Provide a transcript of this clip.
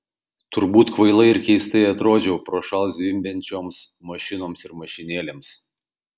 turbūt kvailai ir keistai atrodžiau prošal zvimbiančioms mašinoms ir mašinėlėms